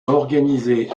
organisée